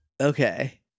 Okay